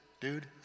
Dude